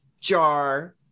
jar